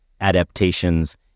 adaptations